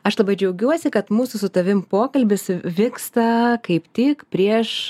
aš labai džiaugiuosi kad mūsų su tavim pokalbis vyksta kaip tik prieš